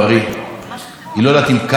היא לא יודעת אם קר לו בלילה.